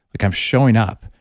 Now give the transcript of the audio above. like i'm showing up.